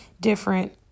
different